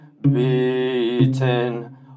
Beaten